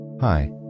Hi